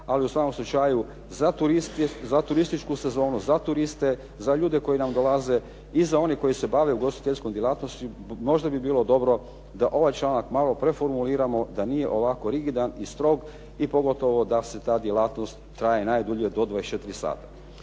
ali u svakom slučaju za turiste za turističku sezonu, za ljude koji nam dolaze i za one koji se bave ugostiteljskom djelatnošću možda bi bilo dobro da ovaj članak malo preformuliramo da nije ovako rigidan i strog i pogotovo da se ta djelatnost traje najdulje do 24,00 sata.